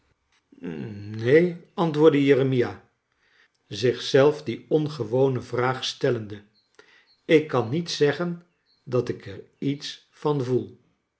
ee antwoordde jeremia zich zelf die ongewone vraag stellende ik kan niet zeggen dat ik er iets van voel